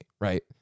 right